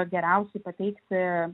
geriausiai pateikti